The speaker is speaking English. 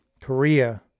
Korea